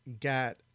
got